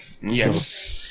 yes